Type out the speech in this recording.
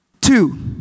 Two